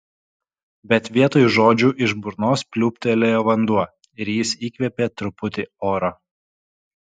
bet vietoj žodžių iš burnos pliūptelėjo vanduo ir jis įkvėpė truputį oro